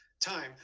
time